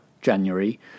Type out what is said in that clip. January